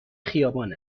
خیابان